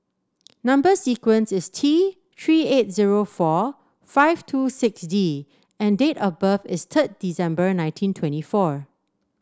number sequence is T Three eight zero four five two six D and date of birth is third December nineteen twenty four